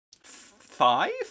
Five